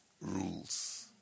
rules